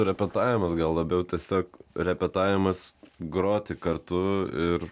repetavimas gal labiau tiesiog repetavimas groti kartu ir